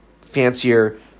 fancier